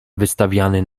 wystawiany